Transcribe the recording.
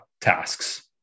tasks